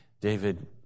David